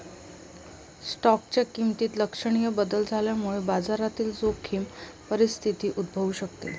स्टॉकच्या किमतीत लक्षणीय बदल झाल्यामुळे बाजारातील जोखीम परिस्थिती उद्भवू शकते